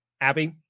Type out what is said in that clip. Abby